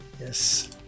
Yes